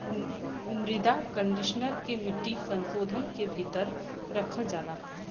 मृदा कंडीशनर के मिट्टी संशोधन के भीतर रखल जाला